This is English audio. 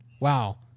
Wow